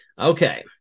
Okay